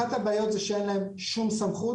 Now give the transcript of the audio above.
אחת הבעיות זה שאין להם שום סמכות,